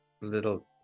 little